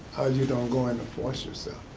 you don't go into force yourself.